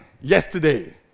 yesterday